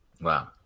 Wow